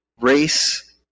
race